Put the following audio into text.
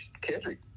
Kendrick